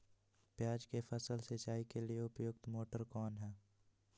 प्याज की फसल सिंचाई के लिए उपयुक्त मोटर कौन है?